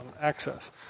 access